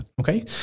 okay